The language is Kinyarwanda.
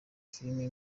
filime